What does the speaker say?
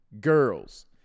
girls